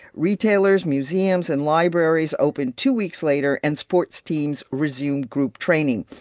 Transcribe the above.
retailers, museums and libraries open two weeks later, and sports teams resume group training.